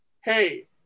hey